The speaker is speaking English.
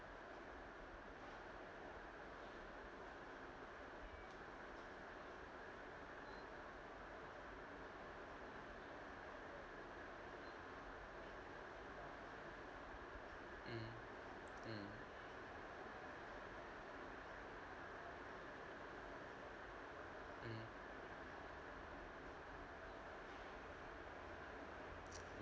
mm mm mm